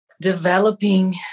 developing